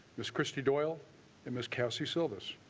ms christy doyle and ms kelsey service.